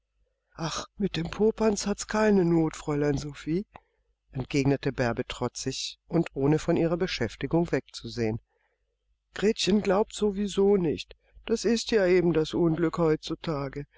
ach mit dem popanz hat's keine not fräulein sophie entgegnete bärbe trotzig und ohne von ihrer beschäftigung wegzusehen gretchen glaubt's so wie so nicht das ist ja eben das unglück heutzutage